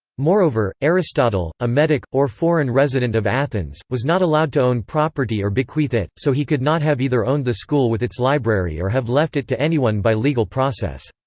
moreover, aristotle, a metic, or foreign resident of athens, was not allowed to own property or bequeath it, so he could not have either owned the school with its library or have left it to anyone by legal process.